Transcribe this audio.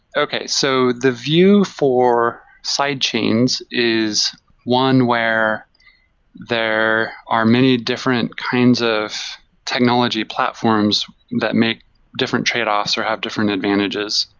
okay. so the view for sidechains is one where there are many different kinds of technology platforms that make different tradeoffs or have different advantages,